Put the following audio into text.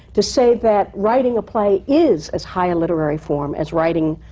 to say that writing a play is as high a literary form as writing